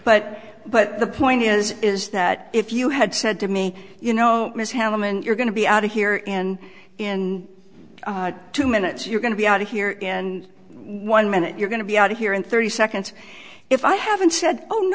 but but the point is is that if you had said to me you know miss hallam and you're going to be out here in in two minutes you're going to be out of here in one minute you're going to be out of here in thirty seconds if i haven't said oh no